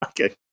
Okay